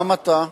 גם אתה,